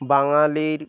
বাঙালির